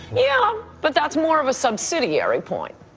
yeah, but that's more of a subsidiary point.